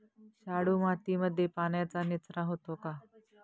शाडू मातीमध्ये पाण्याचा निचरा होतो का?